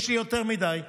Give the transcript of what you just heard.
יש לי יותר מדי.